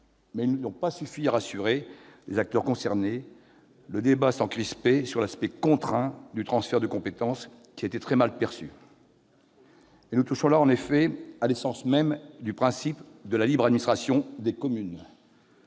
mais ils n'ont pas suffi à rassurer les acteurs concernés. En effet, le débat s'est crispé sur l'aspect contraint du transfert de compétences qui a été très mal perçu. Nous touchons ici à l'essence même du principe de la libre administration des communes,